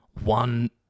one